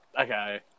Okay